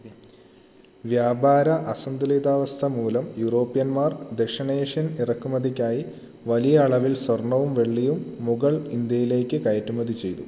വ്യാപാര അസന്തുലിതാവസ്ഥ മൂലം യൂറോപ്യന്മാർ ദക്ഷിണേഷ്യൻ ഇറക്കുമതിക്കായി വലിയ അളവിൽ സ്വർണ്ണവും വെള്ളിയും മുഗൾ ഇന്ത്യയിലേക്ക് കയറ്റുമതി ചെയ്തു